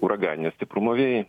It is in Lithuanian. uraganinio stiprumo vėjai